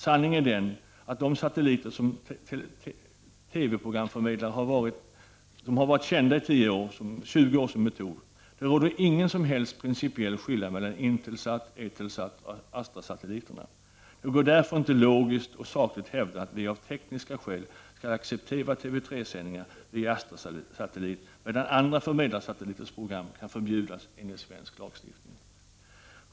Sanningen är den att satelliter som TV-programförmedlare har varit kända som metod i över 20 år. Det råder ingen som helst principiell skillnad mellan Intelsat, Eutelsat och Astrasatelliten. Det går därför inte logiskt och sakligt att hävda att vi av tekniska skäl skall acceptera TV 3 sändningar via Astrasatelliten, medan andra förmedlarsatelliters program kan förbjudas enligt svensk lagstiftning.